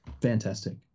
Fantastic